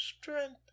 Strength